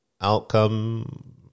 outcome